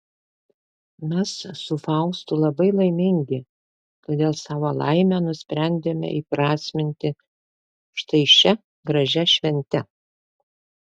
mes su faustu labai laimingi todėl savo laimę nusprendėme įprasminti štai šia gražia švente